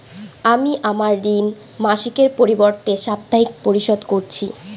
আমি আমার ঋণ মাসিকের পরিবর্তে সাপ্তাহিক পরিশোধ করছি